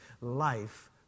life